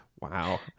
Wow